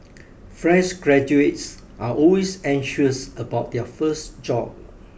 fresh graduates are always anxious about their first job